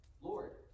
Lord